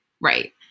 Right